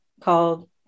called